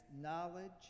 knowledge